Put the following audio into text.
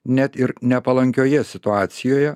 net ir nepalankioje situacijoje